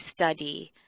study